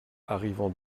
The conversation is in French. arrivant